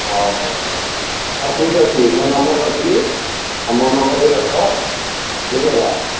ହଉ ହଉ ହଉ ହଉ ଠିକ୍ ଅଛି ମୁଁ ନମ୍ବର ରଖିଲି ମୋ ନମ୍ବର ବି ରଖ ବୁଝିହେଲା